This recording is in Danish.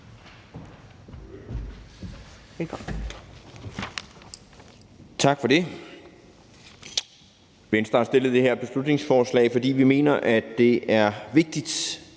Tak for det.